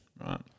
Right